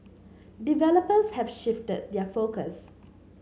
developers have shifted their focus